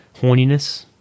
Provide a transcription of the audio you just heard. horniness